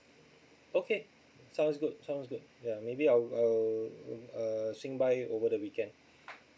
okay sounds good sounds good yeah maybe I will I will uh swing by over the weekend